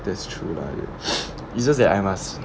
that's true lah it's just that I must